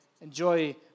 enjoy